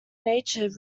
nature